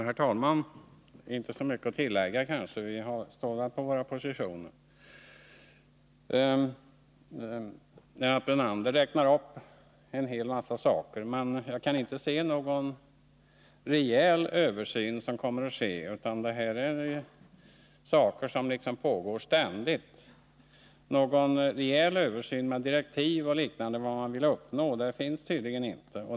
Herr talman! Det är kanske inte så mycket att tillägga. Vi håller fast vid våra positioner. Lennart Brunander räknade upp en hel mängd saker, men jag kan inte se att det kommer att ske någon rejäl översyn. Här rör det sig om saker som pågår ständigt. Någon rejäl översyn, med direktiv och annat om vad man vill uppnå, finns tydligen inte.